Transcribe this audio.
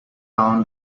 down